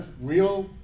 real